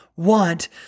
want